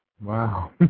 Wow